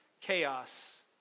chaos